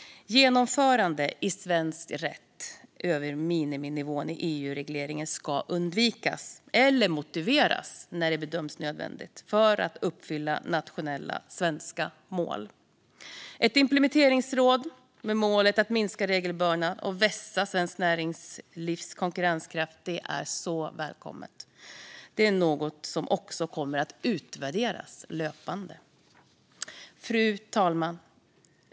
Genomförande i svensk rätt över miniminivån i EU-regleringen ska undvikas, eller motiveras när det bedöms nödvändigt för att uppfylla nationella svenska mål. Ett implementeringsråd med målet att minska regelbördan och vässa svenskt näringslivs konkurrenskraft är välkommet. Det är något som också kommer att utvärderas löpande. Fru talman!